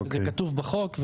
זה כתוב בחוק.